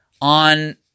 On